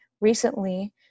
recently